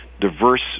diverse